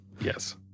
Yes